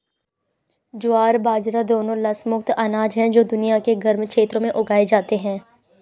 ज्वार बाजरा दोनों लस मुक्त अनाज हैं जो दुनिया के गर्म क्षेत्रों में उगाए जाते हैं